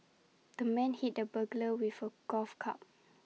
the man hit the burglar with A golf club